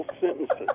sentences